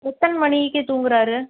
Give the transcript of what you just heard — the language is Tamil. எத்தனை மணிக்கு தூங்குகிறாரு